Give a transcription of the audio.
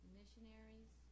missionaries